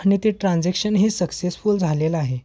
आणि ते ट्रान्झेक्शन हे सक्सेसफुल झालेलं आहे